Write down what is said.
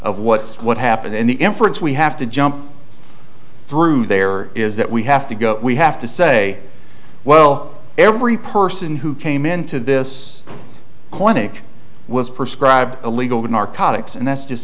what's what happened and the efforts we have to jump through there is that we have to go we have to say well every person who came into this clinic was prescribed illegal narcotics and that's just